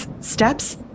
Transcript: steps